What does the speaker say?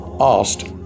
asked